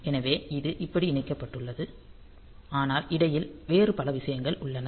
எனவே இது இப்படி இணைக்கப்பட்டுள்ளது ஆனால் இடையில் வேறு பல விஷயங்கள் உள்ளன